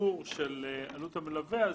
התמחור של עלות המלווה.